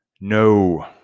no